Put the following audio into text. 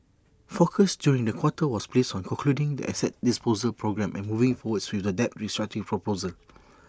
focus during the quarter was placed on concluding the asset disposal programme and moving forward with the debt restructuring proposal